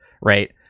right